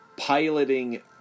piloting